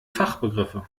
fachbegriffe